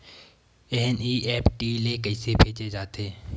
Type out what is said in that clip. NEFT ले कइसे भेजे जाथे?